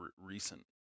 recent